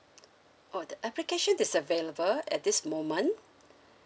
oh the application is available at this moment